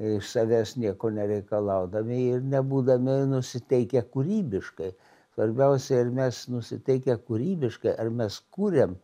iš savęs nieko nereikalaudami ir nebūdami nusiteikę kūrybiškai svarbiausia ir mes nusiteikę kūrybiškai ar mes kuriam